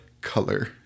color